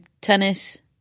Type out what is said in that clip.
tennis